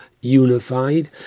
unified